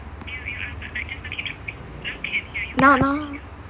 now now